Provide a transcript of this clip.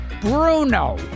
Bruno